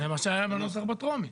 זה היה הנוסח בטרומית.